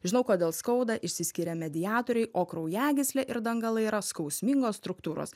žinau kodėl skauda išsiskiria mediatoriai o kraujagyslė ir dangalai yra skausmingos struktūros